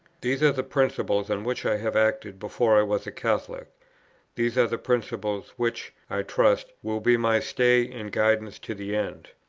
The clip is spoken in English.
these are the principles on which i have acted before i was a catholic these are the principles which, i trust, will be my stay and guidance to the end.